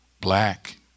Black